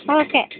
okay